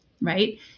right